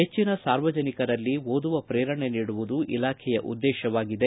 ಹೆಚ್ಚಿನ ಸಾರ್ವಜನಿಕರಲ್ಲಿ ಓದುವ ಪ್ರೇರಣೆ ನೀಡುವುದು ಇಲಾಖೆಯ ಉದ್ದೇಶವಾಗಿದೆ